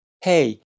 hey